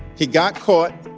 he got caught,